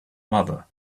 mother